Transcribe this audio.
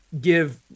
give